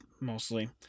mostly